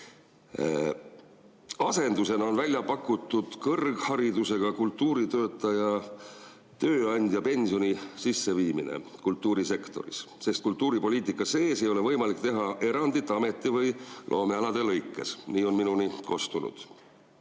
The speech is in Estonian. Asendusena on välja pakutud kõrgharidusega kultuuritöötaja tööandjapensioni sisseviimist kultuurisektoris, sest kultuuripoliitika sees ei ole võimalik teha erandit ameti‑ või loomealade lõikes. Nii on minuni kostnud.